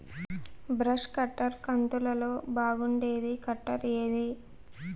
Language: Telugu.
బ్రష్ కట్టర్ కంతులలో బాగుండేది కట్టర్ ఏది?